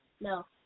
No